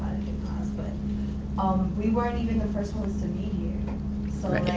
but um we weren't even the first ones to be here. so right,